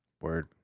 Word